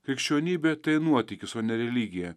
krikščionybė tai nuotykis o ne religija